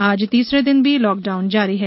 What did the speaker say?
आज तीसरे दिन भी लॉकडाउन जारी है